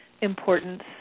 importance